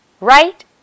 right